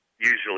Usually